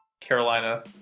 Carolina